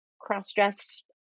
Cross-dressed